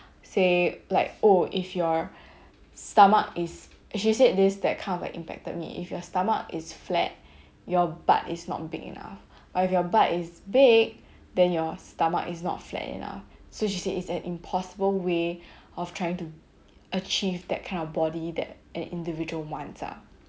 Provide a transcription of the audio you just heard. say like oh if your stomach is she said this that kind of like impacted me if your stomach is flat your butt is not big enough or if you are butt is big then your stomach is not flat enough so she said is an impossible way of trying to achieve that kind of body that an individual wants ah